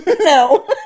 no